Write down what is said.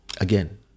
again